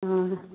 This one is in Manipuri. ꯑꯥ